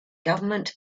government